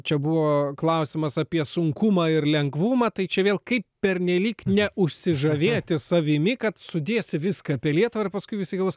čia buvo klausimas apie sunkumą ir lengvumą tai čia vėl kaip pernelyg neužsižavėti savimi kad sudėsi viską apie lietuvą ir paskui visi galvos